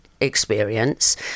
experience